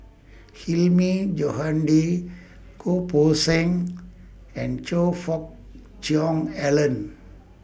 Hilmi Johandi Goh Poh Seng and Choe Fook Cheong Alan